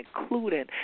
including